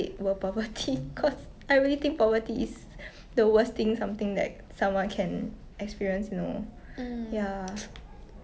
maybe not in terms of like finance because you already say lah so I was thinking maybe more of like clean water and like proper food like